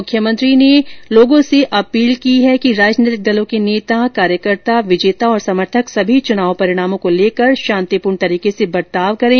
मुख्यमंत्री ने अपील की है कि राजनैतिक दलों के नेता कार्यकर्ता विजेता और समर्थक सभी चुनाव परिणामों को लेकर शांतिपूर्ण तरीके से बर्ताव करें